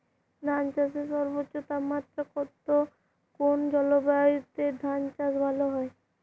ধান চাষে সর্বোচ্চ তাপমাত্রা কত কোন জলবায়ুতে ধান চাষ ভালো হয়?